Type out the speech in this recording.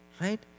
right